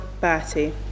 Bertie